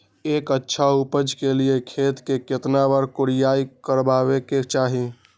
एक अच्छा उपज के लिए खेत के केतना बार कओराई करबआबे के चाहि?